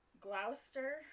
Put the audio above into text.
Gloucester